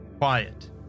Quiet